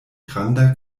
granda